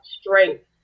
strength